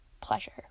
pleasure